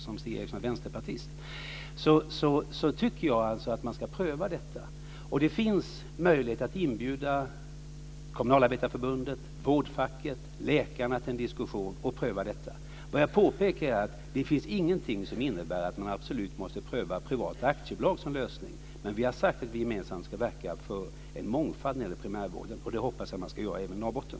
Stig Eriksson är ju vänsterpartist. Det finns möjlighet att inbjuda Kommunalarbetareförbundet, vårdfacken och läkarna till en diskussion och pröva detta. Jag vill påpeka att det inte finns någonting som innebär att man absolut måste pröva privata aktiebolag som lösning. Men vi har sagt att vi gemensamt ska verka för en mångfald när det gäller primärvården. Det hoppas jag att man ska göra även i Norrbotten.